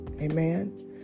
amen